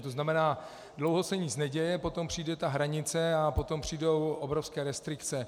To znamená, dlouho se nic neděje, potom přijde ta hranice a potom přijdou obrovské restrikce.